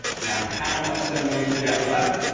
now, how much centimorgans do we have left?